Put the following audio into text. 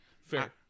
Fair